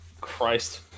Christ